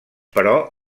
però